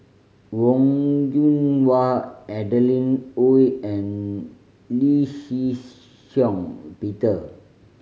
Wong Yoon Wah Adeline Ooi and Lee Shih Shiong Peter